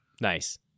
Nice